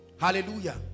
Hallelujah